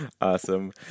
awesome